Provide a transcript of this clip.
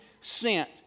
sent